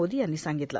मोदी यांनी सांगितले